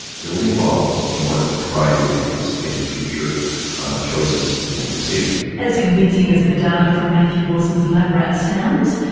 building models in order to try to anticipate future choices and decisions. as convincing as the data from matthew wilson's lab rats sounds,